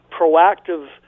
proactive